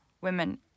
women